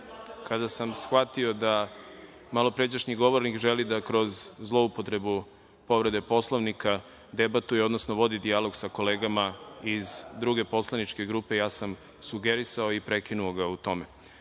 kada sam shvatio da malopređašnji govornik želi da kroz zloupotrebu povrede Poslovnika debatuje, odnosno vodi dijalog sa kolegama iz druge poslaničke grupe, ja sam sugerisao i prekinuo ga u tome.